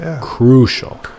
crucial